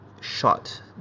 shot